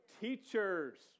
Teachers